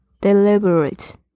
Deliberate